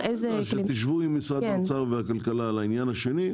כשתשבו עם משרדי האוצר והכלכלה על העניין השני,